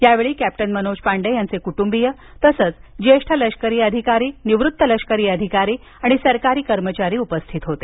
यावेळी कॅप्टन मनोज पांडे यांचे कुटुंबीय तसंच ज्येष्ठ लष्करी अधिकारी निवृत्त लष्करी अधिकारी आणि सरकारी कर्मचारी उपस्थित होते